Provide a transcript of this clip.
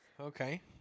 Okay